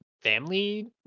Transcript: family